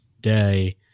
day